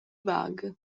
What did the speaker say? bug